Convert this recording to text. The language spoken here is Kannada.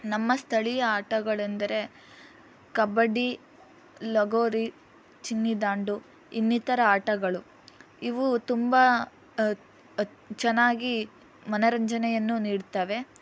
ನಮ್ಮ ಸ್ಥಳೀಯ ಆಟಗಳೆಂದರೆ ಕಬಡ್ಡಿ ಲಗೋರಿ ಚಿನ್ನಿದಾಂಡು ಇನ್ನಿತರ ಆಟಗಳು ಇವು ತುಂಬ ಚೆನ್ನಾಗಿ ಮನೋರಂಜನೆಯನ್ನು ನೀಡುತ್ತವೆ